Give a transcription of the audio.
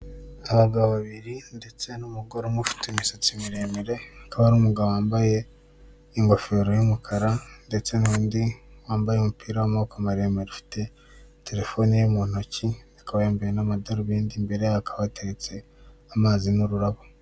Abagabo babiri ndetse n'umugore umwe ufite imisatsi miremire, hakaba hari umugabo wambaye ingofero y'umukara ndetse n'undi wambaye umupira w'amaboko maremare ufite telefone ye mu ntoki, akaba yambaye n'amadarubindi, imbere ye hakaba hateretse amazi n'ururabo.